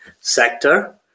sector